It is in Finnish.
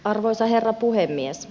arvoisa herra puhemies